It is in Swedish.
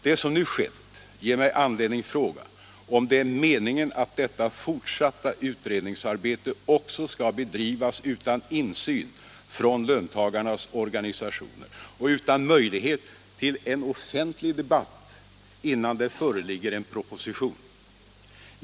Det som nu skett ger mig anledning fråga: Är det meningen att detta fortsatta utredningsarbete också skall bedrivas utan insyn från löntagarnas organisationer och utan möjlighet till en offentlig debatt innan det föreligger i en proposition?